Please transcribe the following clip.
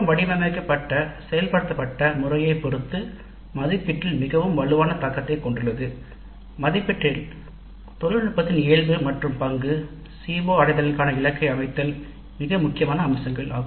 தொழில்நுட்பம் வடிவமைக்கப்பட்ட செயல்படுத்தப்பட்ட முறையைப் பொறுத்து மதிப்பீட்டில் மிகவும் வலுவான தாக்கத்தை கொண்டுள்ளது மதிப்பீட்டில் தொழில்நுட்பத்தின் இயல்பு மற்றும் பங்குCO அடைதல் கான இலக்கை அமைத்தல் மிக முக்கியமான அம்சங்கள்